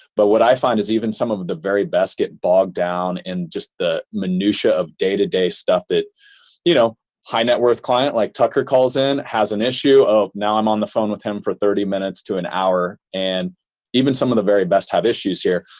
but what i find is even some of the very best get bogged down in just the minutiae of day-to-day stuff that you know high net worth client like tucker calls in, has an issue of now i'm on the phone with him for thirty minutes to an hour. and even some of the very best have issues here.